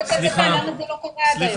למה זה לא קרה עד היום?